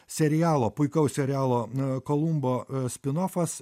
serialo puikaus serialo na kolumbo spinofas